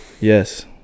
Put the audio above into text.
yes